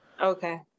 Okay